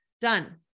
done